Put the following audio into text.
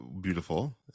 beautiful